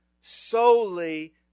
solely